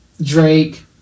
Drake